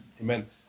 Amen